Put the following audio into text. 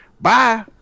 Bye